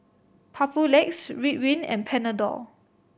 Papulex Ridwind and Panadol